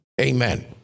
Amen